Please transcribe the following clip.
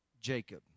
Jacob